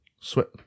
sweat